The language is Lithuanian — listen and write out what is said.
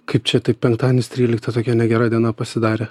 kaip čia taip penktadienis trylikta tokia negera diena pasidarė